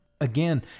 Again